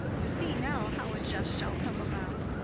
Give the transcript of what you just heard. to see now how a jest shall come about!